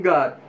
God